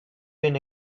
been